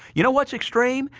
you know what's extreme?